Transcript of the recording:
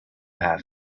have